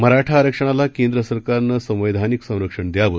मराठा आरक्षणाला केंद्र सरकारनं संवैधानिक संरक्षण द्यावं